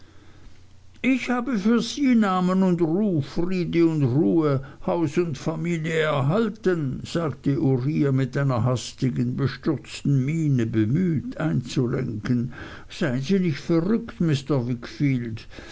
ich habe für sie namen und ruf friede und ruhe haus und familie erhalten sagte uriah mit einer hastigen bestürzten miene bemüht einzulenken seien sie nicht verrückt